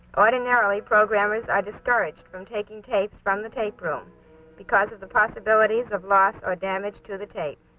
ordinarily programmers are discouraged from taking tapes from the tape room because of the possibilities of loss or damage to the tape.